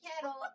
kettle